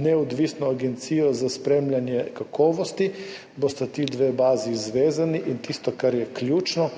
neodvisno agencijo za spremljanje kakovosti, bosta ti dve bazi zvezani. In tisto, kar je ključno